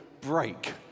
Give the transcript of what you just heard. break